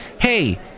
Hey